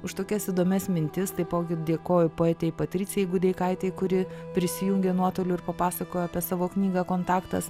už tokias įdomias mintis taipogi dėkoju poetei patricijai gudeikaitei kuri prisijungė nuotoliu ir papasakojo apie savo knygą kontaktas